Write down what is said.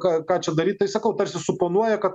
ką ką čia daryt tai sakau tarsi suponuoja kad